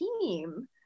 team